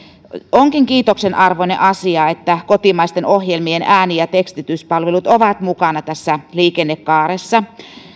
onkin kiitoksen arvoinen asia että kotimaisten ohjelmien ääni ja tekstityspalvelut ovat mukana tässä liikennekaaressa